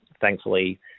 thankfully